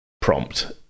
Prompt